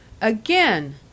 again